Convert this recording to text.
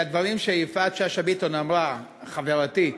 לדברים שיפעת שאשא ביטון חברתי אמרה.